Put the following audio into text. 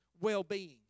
well-being